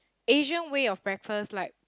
Asian way of breakfast like